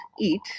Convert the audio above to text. eat